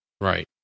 Right